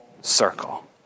circle